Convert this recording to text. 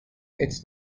its